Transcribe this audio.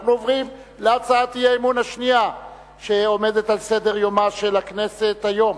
אנחנו עוברים להצעת האי-אמון השנייה שעומדת על סדר-יומה של הכנסת היום: